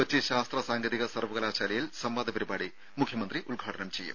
കൊച്ചി ശാസ്ത്ര സാങ്കേതിക സർവകലാശാലയിൽ സംവാദ പരിപാടി മുഖ്യമന്ത്രി ഉദ്ഘാടനം ചെയ്യും